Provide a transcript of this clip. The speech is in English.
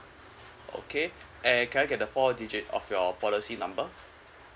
okay and can I get the four digit of your policy number